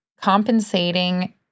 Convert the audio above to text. compensating